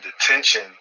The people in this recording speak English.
detention